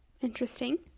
Interesting